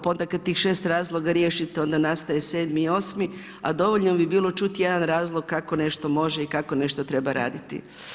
Pa onda kada tih 6 razloga riješite, onda nastaje 7. i 8. a dovoljno bi bilo čuti jedan razlog kako nešto može i kako nešto treba raditi.